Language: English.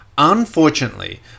Unfortunately